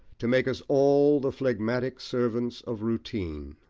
to make us all the phlegmatic servants of routine.